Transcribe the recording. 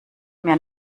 mir